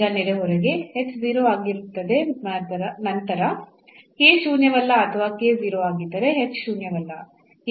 ಈಗ ನೆರೆಹೊರೆಗೆ h 0 ಆಗಿರುತ್ತದೆ ನಂತರ k ಶೂನ್ಯವಲ್ಲ ಅಥವಾ k 0 ಆಗಿದ್ದರೆ h ಶೂನ್ಯವಲ್ಲ